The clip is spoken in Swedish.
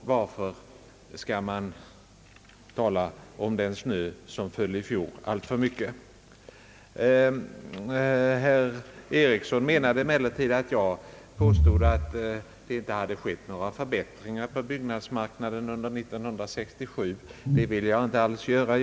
Och varför skall man tala alltför mycket om den snö som föll i fjol? Herr Eriksson menade emellertid, att jag påstått att det inte hade skett några förbättringar på byggnadsmarknaden under 1967. Det vill jag inte alls påstå.